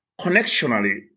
connectionally